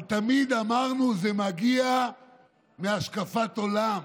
אבל תמיד אמרנו שזה מגיע מהשקפת עולם,